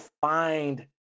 find